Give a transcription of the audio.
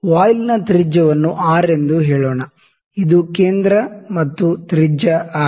ವಾಯ್ಲ್ನ ತ್ರಿಜ್ಯವನ್ನು ಆರ್ ಎಂದು ಹೇಳೋಣ ಇದು ಕೇಂದ್ರ ಮತ್ತು ತ್ರಿಜ್ಯ ಆರ್